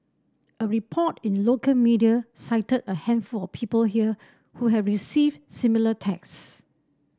a report in local media cited a handful of people here who have received similar text